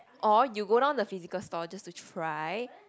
or you go down the physical store just to try